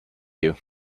you